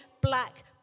black